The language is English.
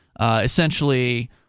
Essentially